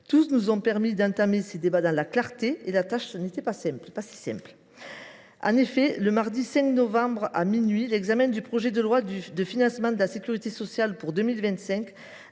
Tous nous ont permis d’entamer ces débats dans la clarté, alors que la tâche n’était pas si simple. En effet, mardi 5 novembre à minuit, l’examen du projet de loi de financement de la sécurité sociale pour 2025